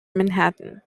manhattan